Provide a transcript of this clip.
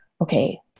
okay